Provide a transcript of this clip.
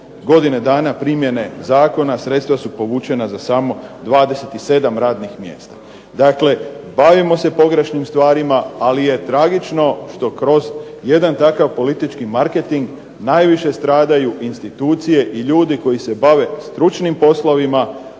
godine dana primjene zakona sredstva su povučena za samo 27 radnih mjesta. Dakle, bavimo se pogrešnim stvarima ali je tragično što kroz jedan takav politički marketing najviše stradaju institucije i ljudi koji se bave stručnim poslovima,